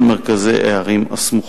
אל מרכזי הערים הסמוכות.